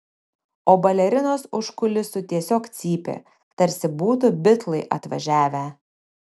o balerinos už kulisų tiesiog cypė tarsi būtų bitlai atvažiavę